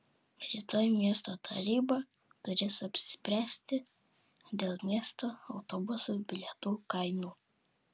rytoj miesto taryba turės apsispręsti dėl miesto autobusų bilietų kainų